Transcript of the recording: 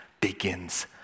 begins